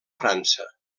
frança